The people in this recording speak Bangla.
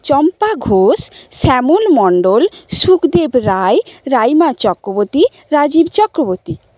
চম্পা ঘোষ শ্যামল মন্ডল শুকদেব রায় রাইমা চক্রবর্তী রাজিব চক্রবর্তী